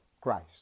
Christ